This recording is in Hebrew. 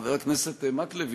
חבר הכנסת מקלב,